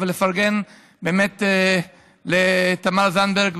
אבל באמת לפרגן לתמר זנדברג,